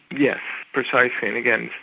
yes, precisely, and again,